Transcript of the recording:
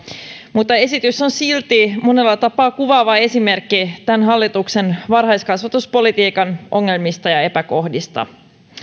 mutta esitys on silti monella tapaa kuvaava esimerkki tämän hallituksen varhaiskasvatuspolitiikan ongelmista ja epäkohdista